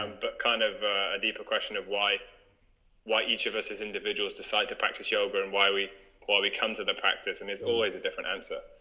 um but kind of a deeper question of why why each of us as individuals decide to practice yoga and why we why we come to the practice and it's always a different answer